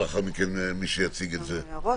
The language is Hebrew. כמה הערות